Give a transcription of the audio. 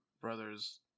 brothers